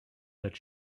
that